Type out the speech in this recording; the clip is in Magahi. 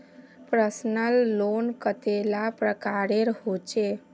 पर्सनल लोन कतेला प्रकारेर होचे?